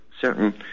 certain